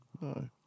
No